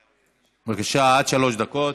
בבקשה, עד שלוש דקות.